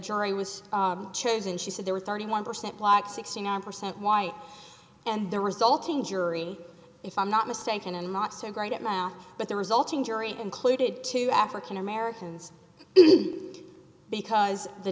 jury was chosen she said there were thirty one percent black sixty nine percent white and the resulting jury if i'm not mistaken and not so great at math but the resulting jury included two african americans because the